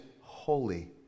holy